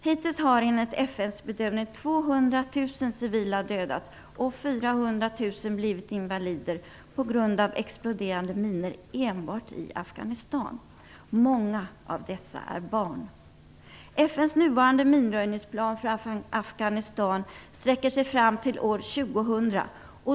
Hittills har enligt blivit invalider på grund av exploderande minor enbart i Afghanistan. Många av dessa är barn. FN:s nuvarande minröjningsplan för Afghanistan sträcker sig fram till år 2000.